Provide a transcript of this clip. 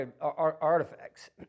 artifacts